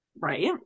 Right